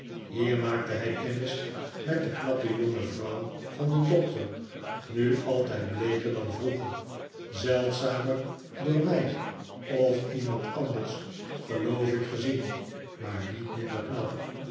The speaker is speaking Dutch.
hier maakte hij kennis met de knappe jonge vrouw van den doctor nu altijd bleeker dan vroeger zeldzamer door mij of iemand anders geloof ik gezien maar niet minder knap